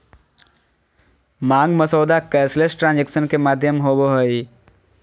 मांग मसौदा cashless transaction के माध्यम होबो हइ